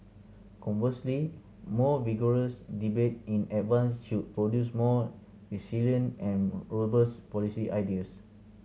conversely more vigorous debate in advance should produce more resilient and robust policy ideas